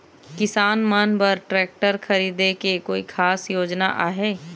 किसान मन बर ट्रैक्टर खरीदे के कोई खास योजना आहे?